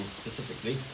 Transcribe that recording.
specifically